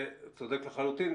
צודק לחלוטין.